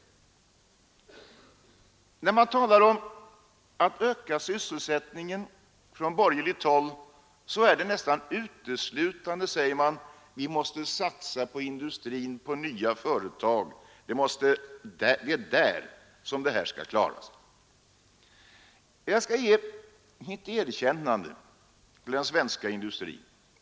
När man från borgerligt håll talar om att öka sysselsättningen säger man nästan uteslutande att vi måste satsa på industrin och på nya företag och att det är där som detta skall klaras. Jag skall ge mitt erkännande till den svenska industrin.